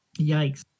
Yikes